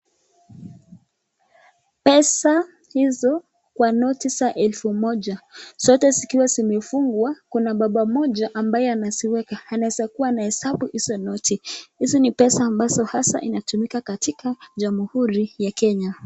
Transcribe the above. Pesa hizo kwa noti ya elfu moja zote zikiwa zimefungwa ,kuna baba moja ambaye anaziweka, anaweza kuwa anahesabu hizo noti, hizo ni pesa ambazo pesa inatumika katika jamhuri ya Kenya.